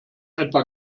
etwa